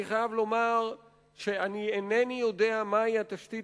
אני חייב לומר שאינני יודע מה התשתית